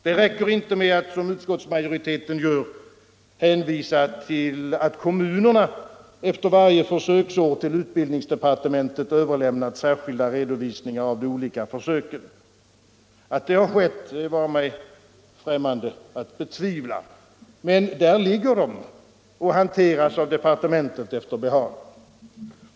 Det räcker inte med att, som utskottsmajoriteten gör, hänvisa till att kommunerna efter varje försöksår till utbildningsdepartementet överlämnat särskilda redovisningar av de olika försöken. Att det har skett vare mig främmande att betvivla, men där ligger de och hanteras av departementet efter behag.